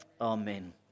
Amen